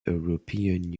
european